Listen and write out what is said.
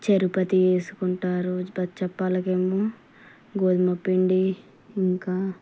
షర్బత్ చేసుకుంటారు బచ్చప్పాలకి ఏమో గోధుమపిండి ఇంకా